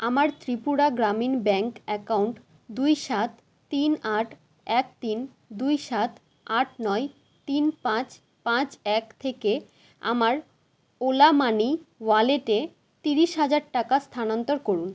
আমার Tripura Gramin bank account দুই সাত তিন আট এক তিন দুই সাত আট নয় তিন পাঁচ পাঁচ এক থেকে আমার ওলা মানি ওয়ালেটে তিরিশ হাজার টাকা স্থানান্তর করুন